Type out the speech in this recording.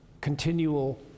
continual